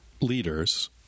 leaders